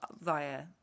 via